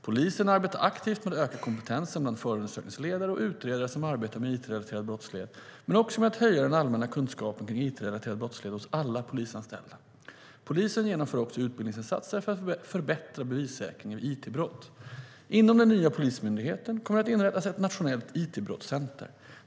Polisen arbetar aktivt med att öka kompetensen bland förundersökningsledare och utredare som arbetar med it-relaterad brottslighet men också med att höja den allmänna kunskapen om it-relaterad brottslighet hos alla polisanställda. Polisen genomför också utbildningsinsatser för att förbättra bevissäkringen vid it-brott. Inom den nya Polismyndigheten kommer det att inrättas ett nationellt it-brottscenter.